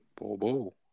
Bobo